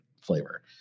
flavor